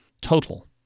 Total